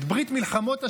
את ברית מלחמות השם.